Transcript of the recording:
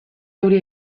euri